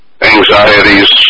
anxieties